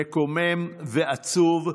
מקומם ועצוב,